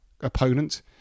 opponent